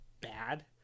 bad